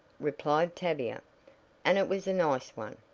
replied tavia and it was a nice one,